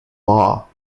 law